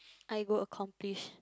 I go accomplish